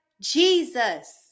Jesus